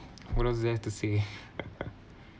what else is there to say